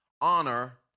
honor